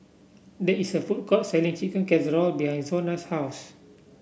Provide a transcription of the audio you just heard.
there is a food court selling Chicken Casserole behind Zona's house